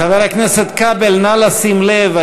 חבר הכנסת כבל, נא לשים לב.